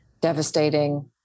devastating